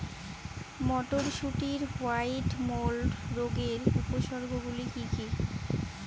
মটরশুটির white mould রোগের উপসর্গগুলি কী কী?